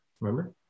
Remember